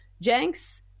Jenks